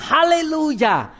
Hallelujah